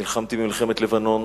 נלחמתי במלחמת לבנון,